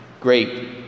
great